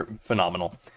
Phenomenal